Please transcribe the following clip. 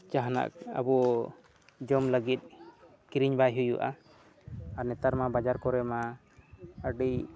ᱡᱟᱦᱟᱱᱟᱜ ᱟᱵᱚ ᱡᱚᱢ ᱞᱟᱹᱜᱤᱫ ᱠᱤᱨᱤᱧ ᱵᱟᱭ ᱦᱩᱭᱩᱜᱼᱟ ᱱᱮᱛᱟᱨ ᱢᱟ ᱵᱟᱡᱟᱨ ᱠᱚᱨᱮ ᱢᱟ ᱟᱹᱰᱤ